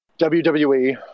WWE